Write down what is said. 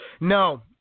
No